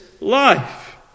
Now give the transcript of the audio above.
life